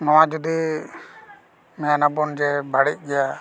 ᱱᱚᱣᱟ ᱡᱩᱫᱤ ᱢᱮᱱᱟᱵᱚᱱ ᱡᱮ ᱵᱟᱹᱲᱤᱡ ᱜᱮᱭᱟ